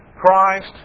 Christ